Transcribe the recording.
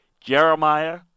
Jeremiah